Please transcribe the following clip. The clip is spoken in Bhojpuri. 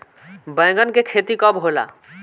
बैंगन के खेती कब होला?